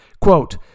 quote